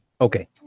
okay